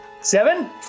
seven